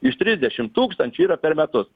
iš trisdešimt tūkstančių yra per metus